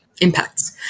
impacts